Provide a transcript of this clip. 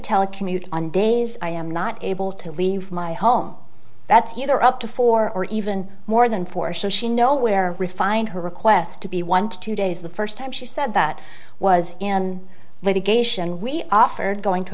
telecommute is i am not able to leave my home that's either up to four or even more than four so she nowhere refined her request to be one to two days the first time she said that was and medication we offered going to